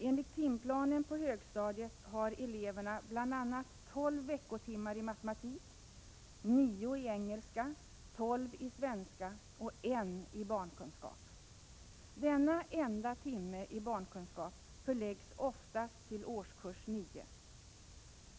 Enligt timplanen för högstadiet har eleverna bl.a. tolv veckotimmar i matematik, nio veckotimmar i engelska, tolv i svenska och en i barnkunskap. Denna enda timme i barnkunskap förläggs oftast till årskurs 9.